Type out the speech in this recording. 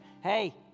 hey